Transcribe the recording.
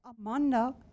Amanda